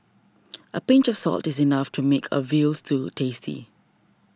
a pinch of salt is enough to make a Veal Stew tasty